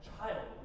Child